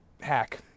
hack